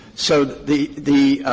so the the